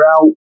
out